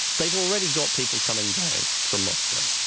they've already got people coming down from moscow.